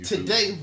Today